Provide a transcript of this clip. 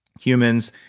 humans,